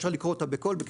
אפשר לקרוא אותה בקול,